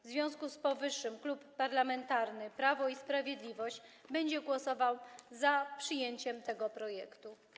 W związku z powyższym Klub Parlamentarny Prawo i Sprawiedliwość będzie głosował za przyjęciem tego projektu.